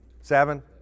Seven